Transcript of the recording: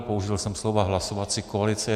Použil jsem slova hlasovací koalice.